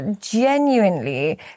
genuinely